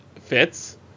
fits